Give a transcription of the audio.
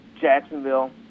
Jacksonville